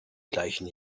gleichen